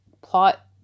Plot